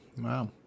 Wow